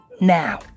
now